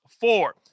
four